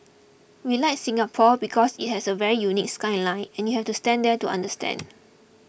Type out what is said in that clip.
we like Singapore because it has a very unique skyline and you have to stand there to understand